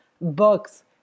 books